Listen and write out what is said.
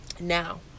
now